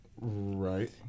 right